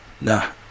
Nah